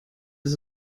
ist